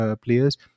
players